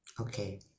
Okay